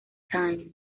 times